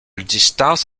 distance